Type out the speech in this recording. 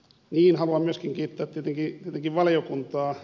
niin haluan myöskin kiittää tietenkin valiokuntaa